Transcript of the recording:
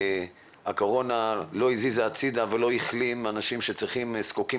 הקורונה לא הזיזה הצידה ולא החלימה אנשים שזקוקים